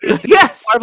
yes